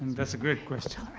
that's a great question.